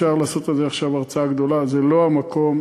אפשר לעשות על זה עכשיו הרצאה גדולה, זה לא המקום.